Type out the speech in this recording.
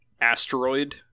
asteroid